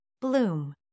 bloom